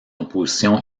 opposition